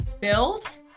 bills